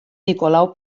nicolau